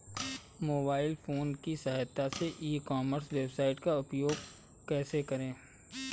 Mobile phone की सहायता से ई कॉमर्स वेबसाइट का उपयोग कैसे करें?